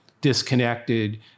disconnected